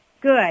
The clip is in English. Good